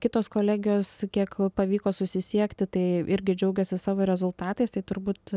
kitos kolegijos kiek pavyko susisiekti tai irgi džiaugiasi savo rezultatais tai turbūt